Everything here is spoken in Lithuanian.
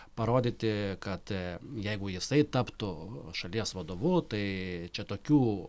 parodyti kad aaa jeigu jisai taptų šalies vadovu tai čia tokių